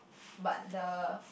but the